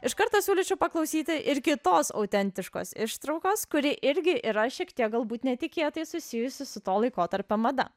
iš karto siūlyčiau paklausyti ir kitos autentiškos ištraukos kuri irgi yra šiek tiek galbūt netikėtai susijusi su to laikotarpio mada